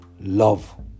Love